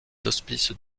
hospices